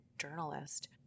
journalist